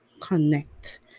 connect